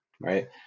right